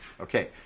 Okay